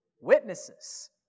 Witnesses